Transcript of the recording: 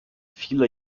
viele